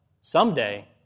someday